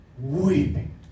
weeping